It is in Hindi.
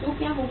तो क्या होगा